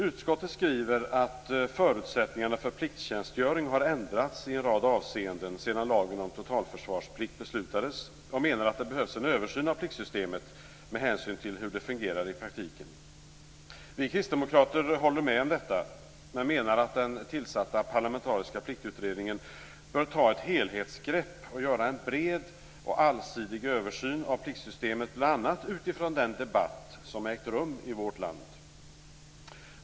Utskottet skriver att förutsättningarna för plikttjänstgöring har ändrats i en rad avseenden sedan lagen om totalförsvarsplikt beslutades och menar att det behövs en översyn av pliktsystemet med hänsyn till hur det fungerar i praktiken. Vi kristdemokrater håller med om detta men menar att den tillsatta parlamentariska Pliktutredningen bör ta ett helhetsgrepp och göra en bred och allsidig översyn av pliktsystemet bl.a. utifrån den debatt som har ägt rum i vårt land.